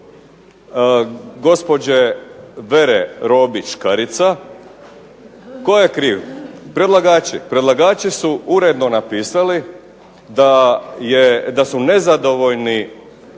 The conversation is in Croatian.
gospođe Vere Robić Škarica, tko je kriv? Predlagači. Predlagači su uredno napisali da su nezadovoljni